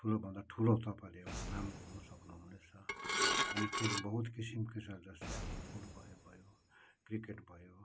ठुलो भन्दा ठुलो तपाईँहरूले एउटा नाम कमाउन सक्नुहुनेछ अनि खेल बहुत किसिमको छ जस्तै अब फुटबल भयो क्रिकेट भयो